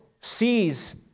sees